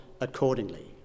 accordingly